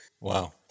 Wow